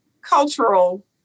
cultural